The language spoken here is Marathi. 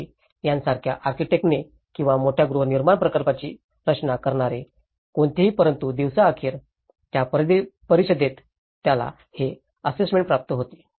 दोशी यासारख्या आर्किटेक्ट ने किंवा मोठ्या गृहनिर्माण प्रकल्पांची रचना करणारे कोणीही परंतु दिवसअखेर त्या परिषदेत ज्याला हे असेसमेंट प्राप्त होते